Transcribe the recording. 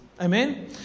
Amen